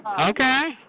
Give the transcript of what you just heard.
Okay